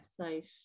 website